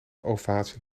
ovatie